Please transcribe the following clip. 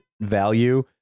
value